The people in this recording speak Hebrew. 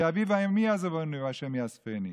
כי אבי ואמי עזבוני וה' יאספני.